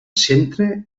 centre